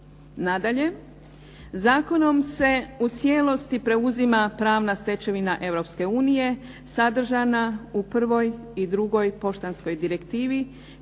Nadalje, zakonom se u cijelosti preuzima pravna stečevina Europske unije, sadržana u prvoj i drugoj Poštanskoj direktivi,